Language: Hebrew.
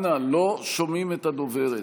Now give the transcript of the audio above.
אנא, לא שומעים את הדוברת.